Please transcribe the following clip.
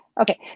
Okay